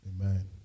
Amen